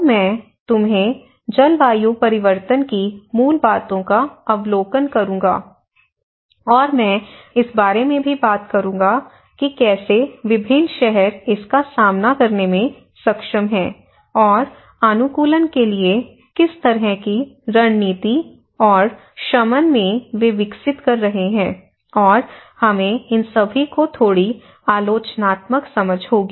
तो मैं तुम्हें जलवायु परिवर्तन की मूल बातों का अवलोकन करूँगा और मैं इस बारे में भी बात करूँगा कि कैसे विभिन्न शहर इसका सामना करने में सक्षम हैं और अनुकूलन के लिए किस तरह की रणनीति और शमन में वे विकसित कर रहे हैं और हमें इन सभी की थोड़ी आलोचनात्मक समझ होगी